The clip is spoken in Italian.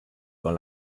con